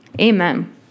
amen